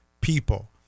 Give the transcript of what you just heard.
people